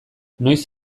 noiz